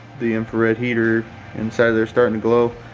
the infrared heater inside of there starting to glow.